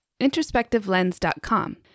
introspectivelens.com